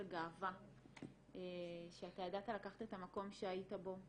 גאווה שאתה ידעת לקחת את המקום שהיית בו,